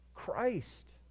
Christ